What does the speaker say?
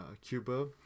cuba